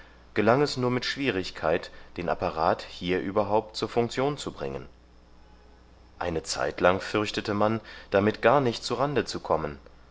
gelang es nur mit schwierigkeit den apparat hier überhaupt zur funktion zu bringen eine zeitlang fürchtete man damit gar nicht zu rande zu kommen